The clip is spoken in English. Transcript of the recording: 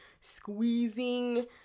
squeezing